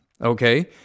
okay